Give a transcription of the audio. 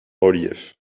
relief